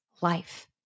life